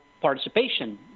participation